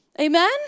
Amen